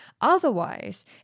Otherwise